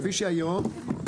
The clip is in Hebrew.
כפי שהיא היום,